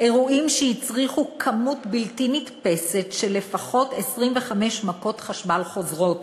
אירועים שהצריכו כמות בלתי נתפסת של לפחות 25 מכות חשמל חוזרות,